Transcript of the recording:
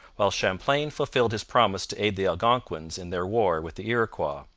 while champlain fulfilled his promise to aid the algonquins in their war with the iroquois.